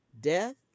Death